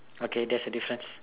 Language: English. okay that's the difference